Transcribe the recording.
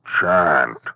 chant